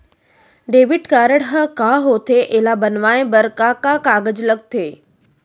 Debit card ह का होथे एला बनवाए बर का का कागज लगथे?